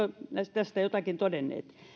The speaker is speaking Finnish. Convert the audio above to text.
tästä jo jotakin todenneet